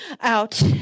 out